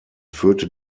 führte